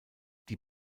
die